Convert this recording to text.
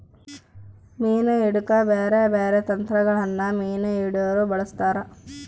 ಮೀನು ಹಿಡೆಕ ಬ್ಯಾರೆ ಬ್ಯಾರೆ ತಂತ್ರಗಳನ್ನ ಮೀನು ಹಿಡೊರು ಬಳಸ್ತಾರ